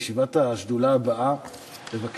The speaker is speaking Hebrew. לבקש היתר מיוחד שלישיבת השדולה הבאה כל